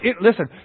listen